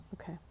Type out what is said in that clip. Okay